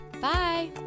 bye